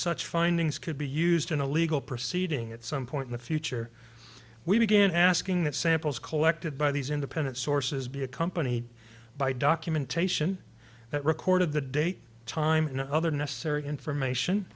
such findings could be used in a legal proceeding at some point in the future we began asking that samples collected by these independent sources be accompanied by documentation that recorded the date time and other necessary information